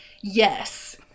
yes